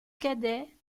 cadet